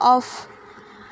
off